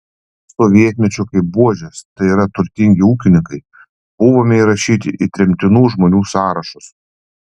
sovietmečiu kaip buožės tai yra turtingi ūkininkai buvome įrašyti į tremtinų žmonių sąrašus